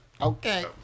Okay